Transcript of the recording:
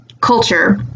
culture